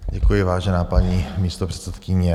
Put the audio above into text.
Děkuji, vážená paní místopředsedkyně.